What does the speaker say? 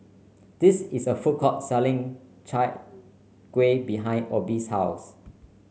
this is a food court selling Chai Kueh behind Obie's house